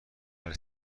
هرچه